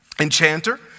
enchanter